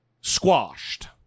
squashed